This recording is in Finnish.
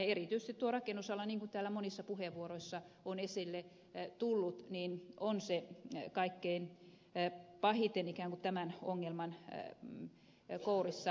erityisesti tuo rakennusala niin kuin täällä monissa puheenvuoroissa on esille tullut on se kaikkein pahiten tämän ongelman kourissa painiskeleva